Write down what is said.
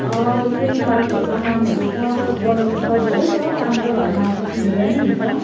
यस्तै पाइपहरूको कामहरू छ बनाउनु छ धेरै छ काम त घरमा आएपछि धेरै नै हुन्छ